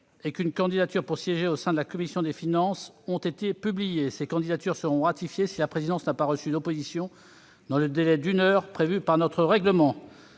et qu'une candidature pour siéger au sein de la commission des finances ont été publiées. Ces candidatures seront ratifiées si la présidence n'a pas reçu d'opposition dans le délai d'une heure prévu par notre règlement.